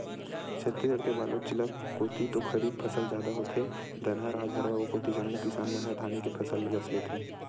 छत्तीसगढ़ के बलोद जिला कोती तो खरीफ फसल जादा होथे, धनहा राज हरय ओ कोती जम्मो किसान मन ह धाने के फसल बस लेथे